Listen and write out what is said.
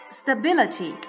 stability